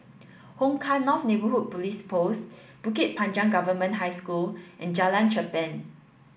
Hong Kah North Neighbourhood Police Post Bukit Panjang Government High School and Jalan Cherpen